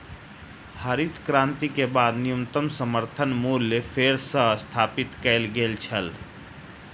हरित क्रांति के बाद न्यूनतम समर्थन मूल्य फेर सॅ स्थापित कय गेल छल